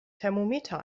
thermometer